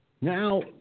Now